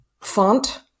font